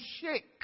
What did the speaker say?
shake